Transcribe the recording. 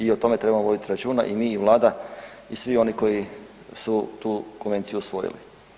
I o tome treba voditi računa i mi i Vlada i svi oni koji su tu Konvenciju usvojili.